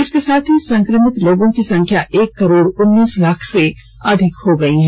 इसके साथ ही संक्रमित लोगों की संख्या एक करोड़ उन्नीस लाख से अधिक हो गई है